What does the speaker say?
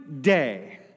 day